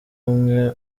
umwe